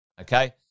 Okay